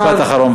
משפט אחרון,